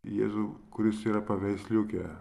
jėzų kuris yra paveiksliuke